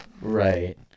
Right